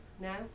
now